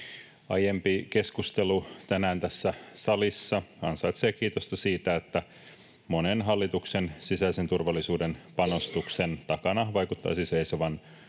Aiempi keskustelu tänään tässä salissa ansaitsee kiitosta siitä, että monen hallituksen sisäisen turvallisuuden panostuksen takana vaikuttaisi seisovan